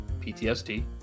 ptsd